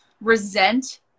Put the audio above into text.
resent